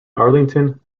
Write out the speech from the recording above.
arlington